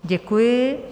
Děkuji.